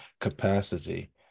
capacity